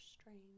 strange